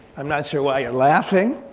i'm not sure why you're laughing.